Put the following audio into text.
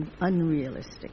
unrealistic